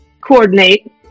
coordinate